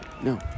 No